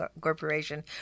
Corporation